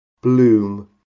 bloom